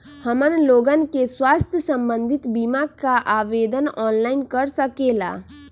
हमन लोगन के स्वास्थ्य संबंधित बिमा का आवेदन ऑनलाइन कर सकेला?